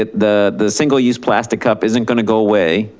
ah the the single-use plastic cup isn't gonna go away